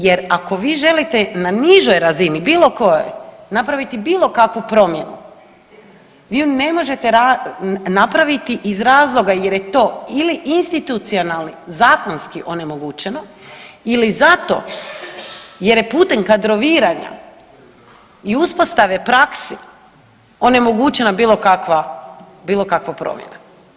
Jer, ako vi želite na nižoj razini, bilo kojoj napraviti bilo kakvu promjenu, vi ju ne možete napraviti iz razloga jer je to institucionalni zakonski onemogućeno ili zato jer je putem kadroviranja i uspostave praksi onemogućena bilo kakva promjena.